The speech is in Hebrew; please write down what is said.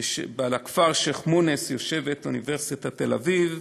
על הכפר שיח'-מוניס יושבת אוניברסיטת תל-אביב,